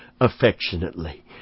affectionately